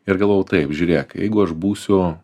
ir galvojau taip žiūrėk jeigu aš būsiu